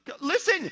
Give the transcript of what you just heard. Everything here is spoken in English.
Listen